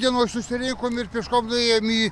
dienoj susirinkom ir pėškom nuėjom į